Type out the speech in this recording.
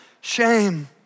shame